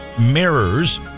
mirrors